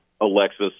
Alexis